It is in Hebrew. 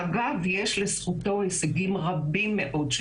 אגב, יש לזכותו הישגים רבים מאוד של